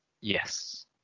Yes